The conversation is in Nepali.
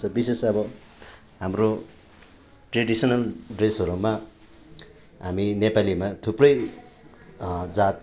विशेष अब हाम्रो ट्रेडिसनल ड्रेसहरूमा हामी नेपालीमा थुप्रै जात